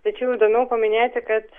tačiau įdomiau paminėti kad